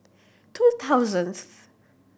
two thousandth